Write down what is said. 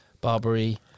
Barbary